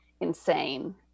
insane